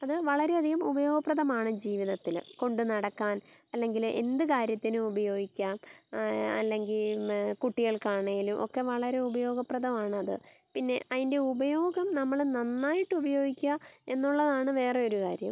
അത് വളരെയധികം ഉപയോഗപ്രദമാണ് ജീവിതത്തിൽ കൊണ്ട് നടക്കാൻ അല്ലെങ്കിൽ എന്ത് കാര്യത്തിനും ഉപയോഗിക്കാം അല്ലെങ്കിൽ കുട്ടികൾക്കാണെങ്കിലും ഒക്കെ വളരെ ഉപകാരപ്രദമാണത് പിന്നെ അതിൻ്റെ ഉപയോഗം നമ്മൾ നന്നായിട്ട് ഉപയോഗിക്കുക എന്നുള്ളതാണ് വേറൊരു കാര്യം